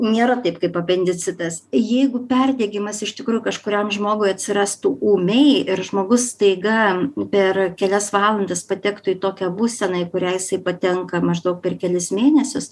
nėra taip kaip apendicitas jeigu perdegimas iš tikrųjų kažkuriam žmogui atsirastų ūmiai ir žmogus staiga per kelias valandas patektų į tokią būseną į kurią jisai patenka maždaug per kelis mėnesius